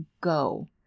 go